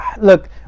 Look